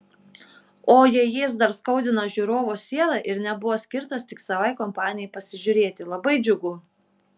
o jei jis dar skaudina žiūrovo sielą ir nebuvo skirtas tik savai kompanijai pasižiūrėti labai džiugu